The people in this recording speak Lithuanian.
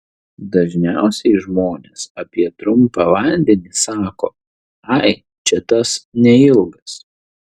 dažniausiai žmonės apie trumpą vandenį sako ai čia tas neilgas